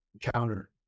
encounter